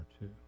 two